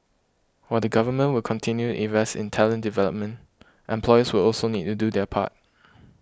while the Government will continue invest in talent development employers will also need to do their part